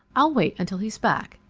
i'll wait until he's back.